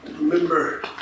Remember